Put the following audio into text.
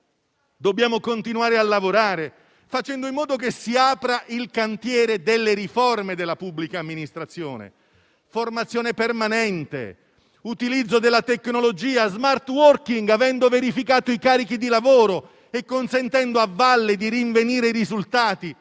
Dobbiamo continuare a lavorare, facendo in modo che si apra il cantiere delle riforme della pubblica amministrazione: formazione permanente, utilizzo della tecnologia, *smart working*, avendo verificato i carichi di lavoro e consentendo, a valle, di rinvenire i risultati;